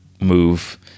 move